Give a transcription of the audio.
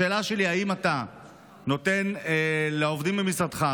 השאלה שלי: האם אתה נותן לעובדים במשרדך,